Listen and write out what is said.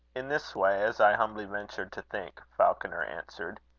in this way, as i humbly venture to think, falconer answered.